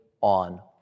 on